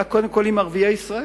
אלא קודם כול עם ערביי ישראל.